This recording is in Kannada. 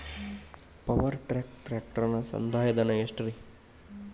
ಪವರ್ ಟ್ರ್ಯಾಕ್ ಟ್ರ್ಯಾಕ್ಟರನ ಸಂದಾಯ ಧನ ಎಷ್ಟ್ ರಿ?